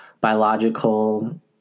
biological